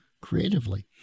creatively